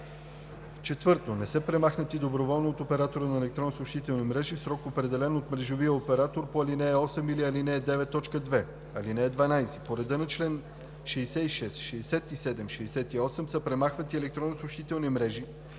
т. 1; 4. не са премахнати доброволно от оператора на електронна съобщителна мрежа в срока, определен от мрежовия оператор по ал. 8 или ал. 9, т. 2. (12) По реда на чл. 66, 67 и 68 се премахват и електронни съобщителни мрежи,